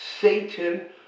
Satan